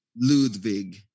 Ludwig